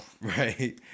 right